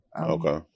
Okay